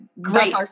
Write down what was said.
great